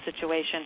situation